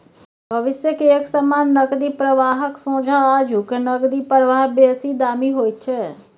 भविष्य के एक समान नकदी प्रवाहक सोंझा आजुक नकदी प्रवाह बेसी दामी होइत छै